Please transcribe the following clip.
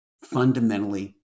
fundamentally